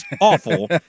awful